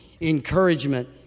encouragement